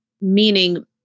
meaning